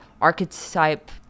archetype